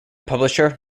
publisher